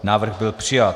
Návrh byl přijat.